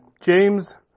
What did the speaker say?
James